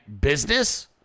business